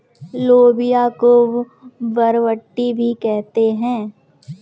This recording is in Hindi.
लोबिया को बरबट्टी भी कहते हैं